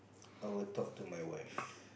I will talk to my wife